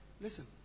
listen